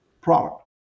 product